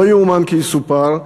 לא יאומן כי יסופר,